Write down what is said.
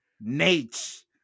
Nate